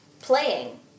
playing